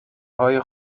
های